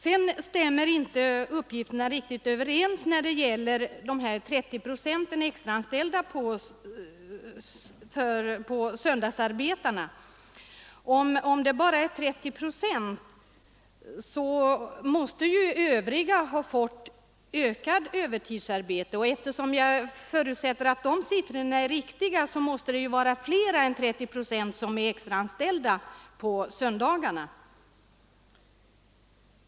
Sedan stämmer uppgifterna inte riktigt när det gäller de 30 procenten. Om det är bara 30 procent måste ju övriga anställda ha fått ett ökat övertidsarbete. Eftersom jag förutsätter att siffrorna för övertidsarbete är riktiga, måste det vara mer än 30 procent extraanställda på söndagarna.